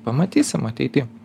pamatysim ateity